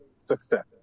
success